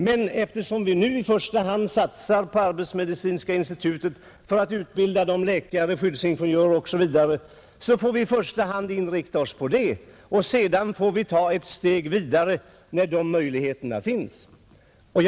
Men eftersom vi nu i första hand satsar på arbetsmedicinska institutet för att utbilda läkare, skyddsingenjörer osv. får vi främst inrikta oss på det. Därefter får vi gå ett steg vidare när möjligheter till det finns.